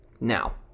Now